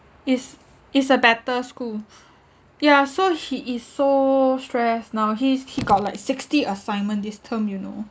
is is a better school yeah so he is so stressed now he's he got like sixty assignment this term you know